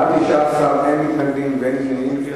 בעד, 19, אין מתנגדים ואין נמנעים.